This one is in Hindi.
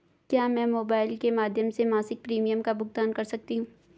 क्या मैं मोबाइल के माध्यम से मासिक प्रिमियम का भुगतान कर सकती हूँ?